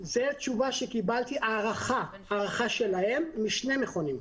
זה הערכה שקיבלתי משני מכונים.